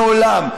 מעולם.